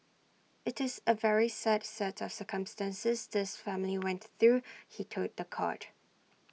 IT is A very sad set of circumstances this family went through he told The Court